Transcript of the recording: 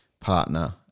partner